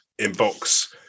inbox